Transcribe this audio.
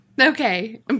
Okay